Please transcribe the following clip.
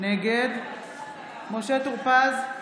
נגד משה טור פז,